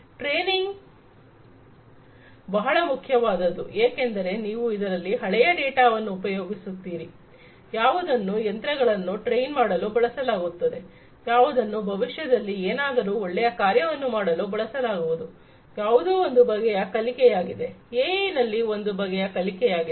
training ಬಹಳ ಮುಖ್ಯವಾದದ್ದು ಏಕೆಂದರೆ ನೀವು ಇದರಲ್ಲಿ ಹಳೆಯ ಡೇಟಾವನ್ನು ಉಪಯೋಗಿಸುತ್ತೀರಾ ಯಾವುದನ್ನು ಯಂತ್ರಗಳನ್ನು ಟ್ರೈನ್ ಮಾಡಲು ಬಳಸಲಾಗುತ್ತದೆ ಯಾವುದನ್ನು ಭವಿಷ್ಯದಲ್ಲಿ ಏನಾದರೂ ಒಳ್ಳೆಯ ಕಾರ್ಯವನ್ನು ಮಾಡಲು ಬಳಸಲಾಗುವುದು ಯಾವುದೋ ಒಂದು ಬಗೆಯ ಕಲಿಕೆ ಯಾಗಿದೆ ಎಐ ನಲ್ಲಿ ಒಂದು ಬಗೆಯ ಕಲಿಕೆ ಯಾಗಿದೆ